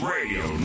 Radio